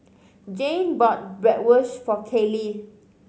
Jayne bought Bratwurst for Kayleigh